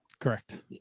Correct